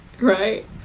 right